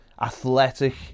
athletic